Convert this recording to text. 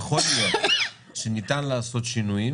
יכול להיות שניתן לעשות שינויים